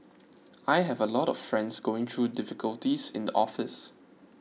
I have a lot of friends going through difficulties in the office